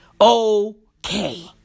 Okay